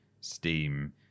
steam